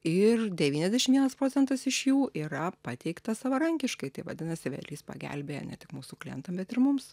ir devyniasdešim vienas procentas iš jų yra pateikta savarankiškai tai vadinasi vedlys pagelbėja ne tik mūsų klientam bet ir mums